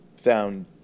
found